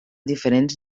diferents